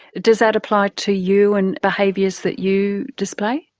does that apply to you and behaviours that you display?